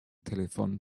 telephone